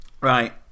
right